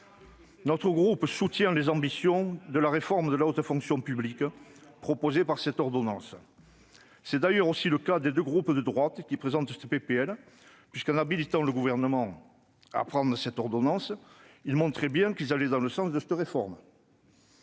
Notre groupe soutient les ambitions de la réforme de la haute fonction publique proposée par cette ordonnance. C'est d'ailleurs aussi le cas des deux groupes de droite qui présentent cette PPL, puisque, en habilitant le Gouvernement à prendre cette ordonnance, ils montraient bien qu'ils allaient dans le sens de cette réforme.